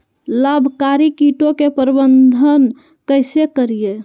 लाभकारी कीटों के प्रबंधन कैसे करीये?